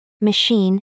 Machine